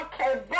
Okay